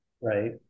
Right